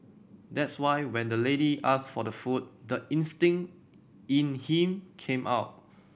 that's why when the lady asked for the food the instinct in him came out